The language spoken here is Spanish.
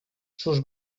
sus